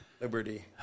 liberty